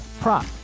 prop